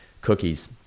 cookies